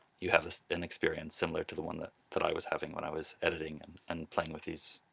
you have an experience similar to the one that that i was having when i was editing and and playing with these